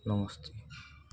ନମସ୍ତେ